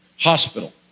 Hospital